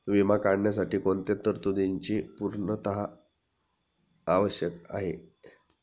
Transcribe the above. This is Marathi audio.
विमा काढण्यासाठी कोणत्या तरतूदींची पूर्णता आवश्यक आहे?